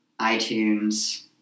iTunes